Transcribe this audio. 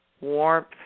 warmth